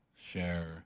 share